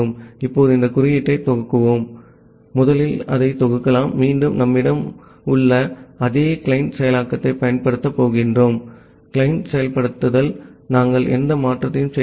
இப்போது இந்த குறியீட்டை இயக்குவோம் முதலில் அதை தொகுக்கலாம் மீண்டும் நம்மிடம் உள்ள அதே கிளையன்ட் செயலாக்கத்தைப் பயன்படுத்தப் போகிறோம் கிளையன்ட் செயல்படுத்தல் நாங்கள் எந்த மாற்றத்தையும் செய்யவில்லை